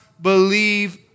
believe